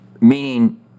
Meaning